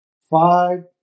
five